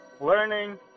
learning